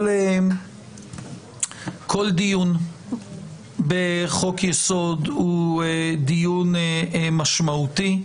כל דיון בחוק יסוד הוא דיון משמעותי,